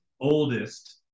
oldest